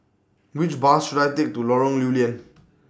Which Bus should I Take to Lorong Lew Lian